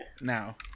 Now